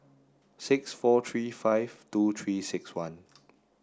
six four three five two three six one